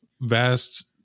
vast